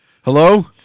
hello